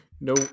no